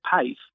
pace